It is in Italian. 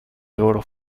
loro